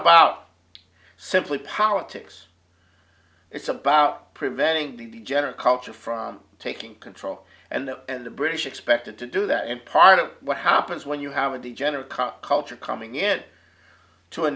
about simply politics it's about preventing the degenerate culture from taking control and the british expected to do that and part of what happens when you have a degenerate culture coming in to a